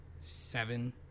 Seven